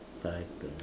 like that